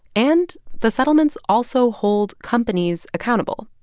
and the settlements also hold companies accountable.